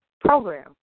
program